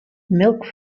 milk